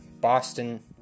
boston